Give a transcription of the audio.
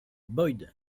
boyd